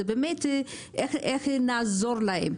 זה באמת איך נעזור להם.